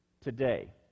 today